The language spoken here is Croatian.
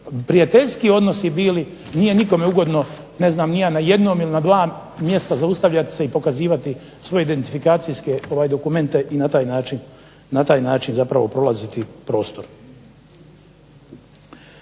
prijateljski odnosi bili nije nikome ugodno ne znam ni ja na jednom ili na dva mjesta zaustavljati se i pokazivati svoje identifikacijske dokumente i na taj način zapravo prolaziti prostor.